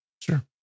Sure